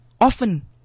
often